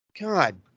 God